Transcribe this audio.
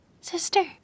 sister